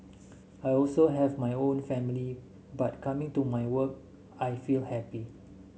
I also have my own family but coming to my work I feel happy